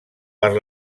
per